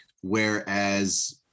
Whereas